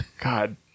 God